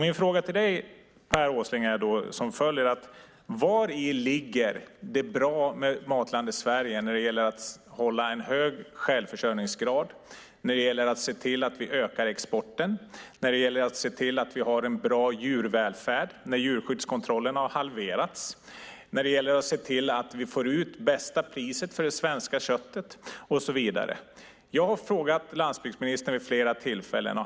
Min fråga till dig, Per Åsling, är som följer: Vari ligger det bra med Matlandet Sverige när det gäller att hålla en hög självförsörjningsgrad, när det gäller att se till att vi ökar exporten, när det gäller att se till att vi har en bra djurvälfärd när djurskyddskontrollerna har halverats, när det gäller att se till att vi får ut bästa priset för det svenska köttet och så vidare? Jag har frågat landsbygdsministern vid flera tillfällen.